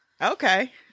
okay